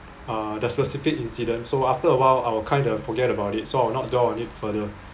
uh the specific incidents so after a while I will kind of forget about it so I'll not dwell on it further